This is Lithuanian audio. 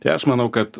tai aš manau kad